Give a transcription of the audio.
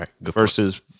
versus